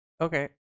Okay